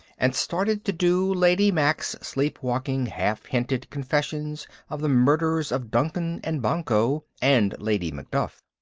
and started to do lady mack's sleepwalking half-hinted confessions of the murders of duncan and banquo and lady macduff.